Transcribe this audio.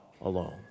alone